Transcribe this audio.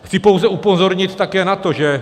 Chci pouze upozornit také na to, že